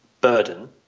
burden